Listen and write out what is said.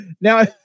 now